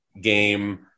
game